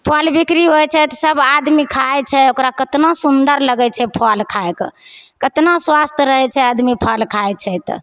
फल बिक्री होइत छै तऽ सब आदमी खाइत छै ओकरा केतना सुन्दर लगैत छै फल खाइकऽ केतना स्वास्थ रहैत छै आदमी फल खाइत छै तऽ